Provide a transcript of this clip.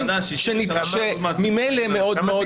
בעולם מסודר,